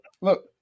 look